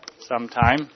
sometime